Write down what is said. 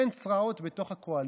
קן צרעות בתוך הקואליציה,